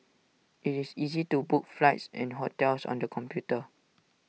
IT is easy to book flights and hotels on the computer